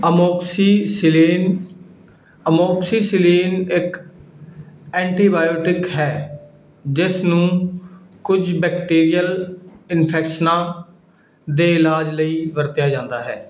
amoxicillin amoxicillin ਇੱਕ antibiotic ਹੈ ਜਿਸ ਨੂੰ ਕੁੱਝ ਬੈਕਟੀਰੀਅਲ ਇਨਫੈਕਸ਼ਨਾਂ ਦੇ ਇਲਾਜ ਲਈ ਵਰਤਿਆ ਜਾਂਦਾ ਹੈ